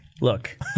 Look